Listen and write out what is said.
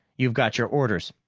you've got your orders,